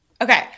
Okay